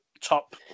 top